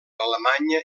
alemanya